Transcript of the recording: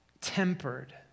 tempered